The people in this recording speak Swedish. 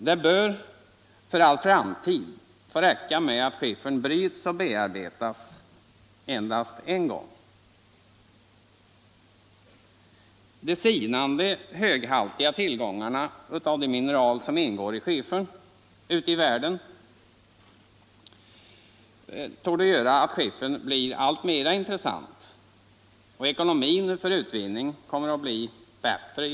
Det bör för all framtid få räcka med att skiffern bryts och bearbetas endast en gång. Med sinande höghaltiga tillgångar ute i världen av de mineral som ingår torde skiffern bli alltmera intressant och ekonomin för utvinningen allt bättre.